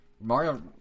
Mario